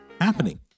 happening